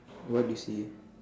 what is he